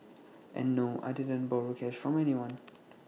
and no I didn't borrow cash from anyone